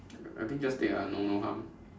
I I think just take ah no no harm